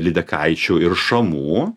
lydekaičių ir šamų